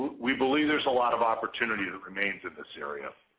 we believe there's a lot of opportunity that remains in this area.